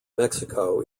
mexico